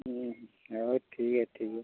ᱦᱮᱸ ᱦᱳᱭ ᱴᱷᱤᱠ ᱜᱮᱭᱟ ᱴᱷᱤᱠ ᱜᱮᱭᱟ